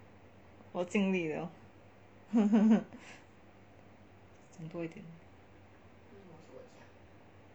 我尽力了 讲多一点